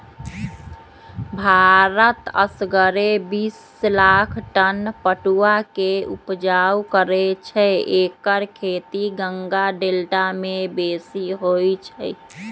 भारत असगरे बिस लाख टन पटुआ के ऊपजा करै छै एकर खेती गंगा डेल्टा में बेशी होइ छइ